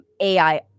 AI